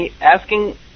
asking